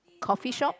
coffeeshop